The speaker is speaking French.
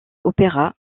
opéras